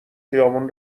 خیابون